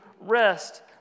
rest